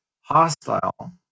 hostile